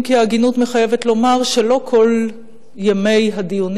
אם כי ההגינות מחייבת לומר שלא כל ימי הדיונים